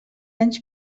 anys